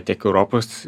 tiek europos